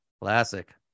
Classic